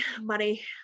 money